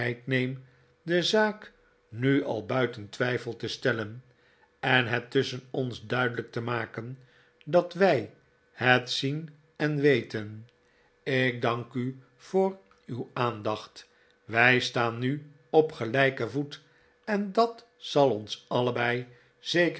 de zaak nu al buiten twijfel te stellen en het tusschen ons duidelijk te maken dat wij het zien en weten ik dank u voor uw aandacht wij staan nu op gelijken voet en dat zal ons allebei